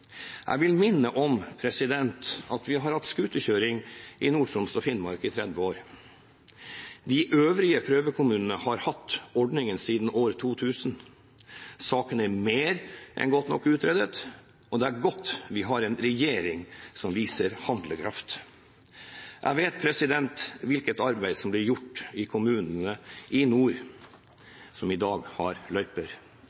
Jeg vil minne om at vi har hatt scooterkjøring i Nord-Troms og Finnmark i 30 år. De øvrige prøvekommunene har hatt ordningen siden år 2000. Saken er mer enn godt nok utredet, og det er godt vi har en regjering som viser handlekraft. Jeg vet hvilket arbeid som blir gjort i kommunene i nord som i dag har løyper.